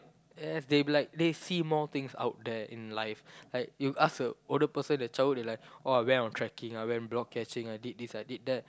yes they be like they see more things out there in life like you ask a older person their childhood they like oh I went on trekking I went block catching I did this I did that